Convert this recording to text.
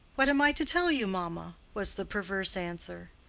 what am i to tell you, mamma? was the perverse answer.